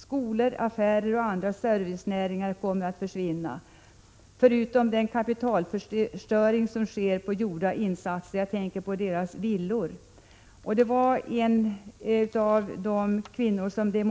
Skolor, affärer och andra servicenäringar kommer att försvinna — förutom den kapitalförstöring som sker på gjorda insatser. Jag tänker på dessa människors villor. En av de kvinnor som var